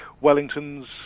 Wellington's